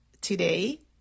today